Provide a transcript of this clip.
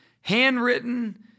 Handwritten